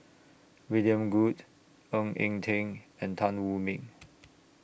William Goode Ng Eng Teng and Tan Wu Meng